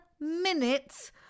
minutes